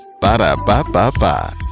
Ba-da-ba-ba-ba